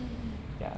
mm mm